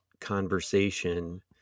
conversation